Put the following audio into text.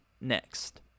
next